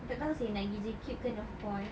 tak tahu seh nak gi J cube ke northpoint